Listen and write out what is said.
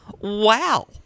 Wow